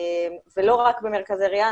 ולא רק במרכזי ריאן,